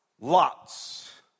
lots